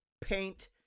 paint